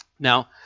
Now